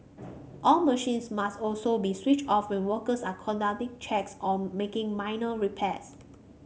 all machines must also be switched off when workers are conducting checks or making minor repairs